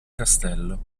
castello